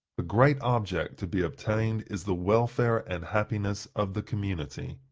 the great object to be attained is the welfare and happiness of the community.